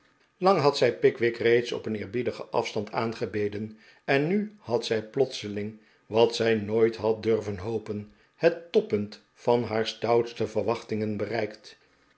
lang had zij pickwick reeds op een eerbiedigen afstand aangebeden en nu had zij plotseling wat zij nooit had durven hopen het toppunt van haar stoutste verwaehtingen bereikt